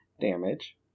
damage